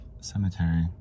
Cemetery